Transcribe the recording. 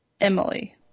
Emily